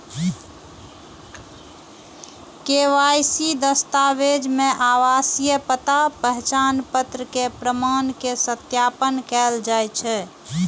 KYC दस्तावेज मे आवासीय पता, पहचान पत्र के प्रमाण के सत्यापन कैल जाइ छै